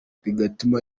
bigatuma